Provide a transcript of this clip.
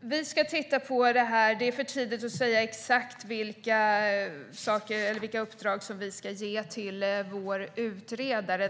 Vi ska titta på det här. Det är för tidigt att säga exakt vilka uppdrag som vi ska ge till vår utredare.